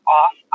off